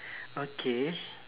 okay